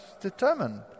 determined